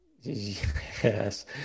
Yes